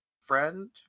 friend